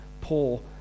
poor